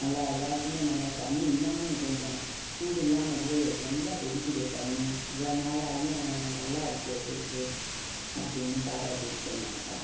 நல்லா எல்லாருக்குமே நல்லா சண்ணி இன்னமும் கொஞ்சம் சூடு இல்லாமல் இல்லையே நல்லா கொதிக்கிதே தண்ணி இவ்வளோ நாள் ஆயும் நல்லா இருக்கே ஹீட்ரு அப்படின்னு பாராட்டிவிட்டு போனாங்கப்பா